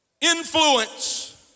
Influence